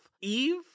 Eve